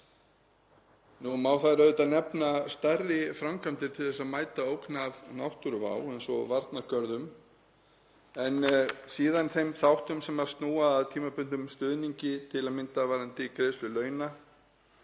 Má þar auðvitað nefna stærri framkvæmdir til að mæta ógn af náttúruvá eins og varnargörðum en síðan þeim þáttum sem snúa að tímabundnum stuðningi, til að mynda varðandi greiðslu launa.